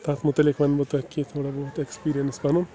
تَتھ مُتعلق وَنہٕ بہٕ تۄہہِ کیٚنٛہہ تھوڑا بہت اٮ۪کٕسپیٖریَنس پَنُن